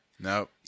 Nope